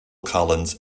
collins